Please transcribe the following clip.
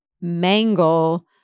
mangle